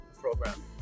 program